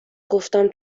گفتم